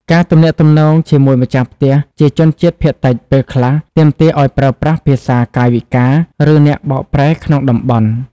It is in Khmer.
ការទំនាក់ទំនងជាមួយម្ចាស់ផ្ទះជាជនជាតិភាគតិច ពេលខ្លះ ទាមទារឱ្យប្រើប្រាស់ ភាសាកាយវិការ ឬអ្នកបកប្រែក្នុងតំបន់។